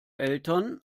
eltern